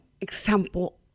example